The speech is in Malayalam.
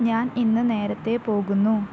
ഞാൻ ഇന്ന് നേരത്തെ പോകുന്നു